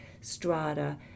strata